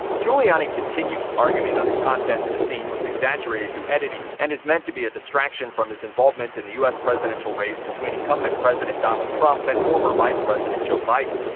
giuliani continued, arguing that the content of the scene was exaggerated through editing, and is meant to be a distraction from his involvement in the u s. presidential race between incumbent president donald trump and former vice president joe biden.